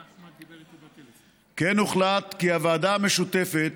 כמו כן הוחלט כי הוועדה המשותפת